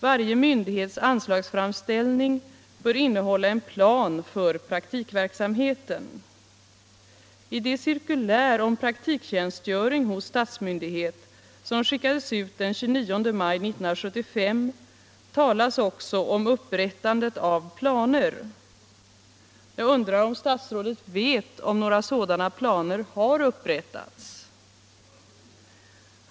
Varje myndighets anslagsframställning bör innehålla en plan för praktikverksamheten. I det cirkulär om praktiktjänstgöring hos statsmyndighet som skickades ut den 29 maj 1975 talas också om upprättandet av planer. Jag undrar om statsrådet vet om några sådana planer har upprättats?